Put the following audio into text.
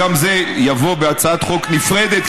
וזה יבוא בהצעת חוק נפרדת,